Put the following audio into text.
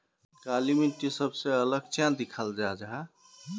काली मिट्टी सबसे अलग चाँ दिखा जाहा जाहा?